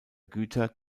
güter